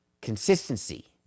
Consistency